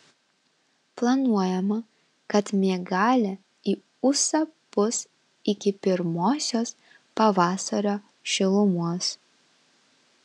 planuojama kad miegalė į ūsą pūs iki pirmosios pavasario šilumos